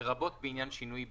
לרבות בעניין שינוי בתנאיה,